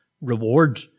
reward